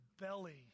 belly